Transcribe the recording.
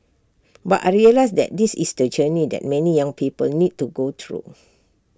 but I realised that this is the journey that many young people need to go through